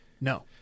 No